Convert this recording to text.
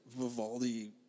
Vivaldi